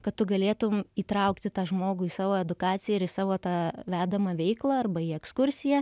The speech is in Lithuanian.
kad tu galėtum įtraukti tą žmogų į savo edukaciją ir į savo tą vedamą veiklą arba į ekskursiją